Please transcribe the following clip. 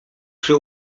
przy